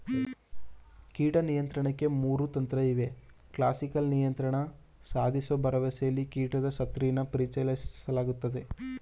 ಕೀಟ ನಿಯಂತ್ರಣಕ್ಕೆ ಮೂರು ತಂತ್ರಇವೆ ಕ್ಲಾಸಿಕಲ್ ನಿಯಂತ್ರಣ ಸಾಧಿಸೋ ಭರವಸೆಲಿ ಕೀಟದ ಶತ್ರುನ ಪರಿಚಯಿಸಲಾಗ್ತದೆ